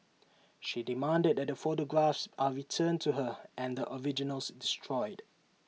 she demanded that the photographs are returned to her and the originals destroyed